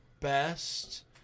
best